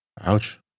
ouch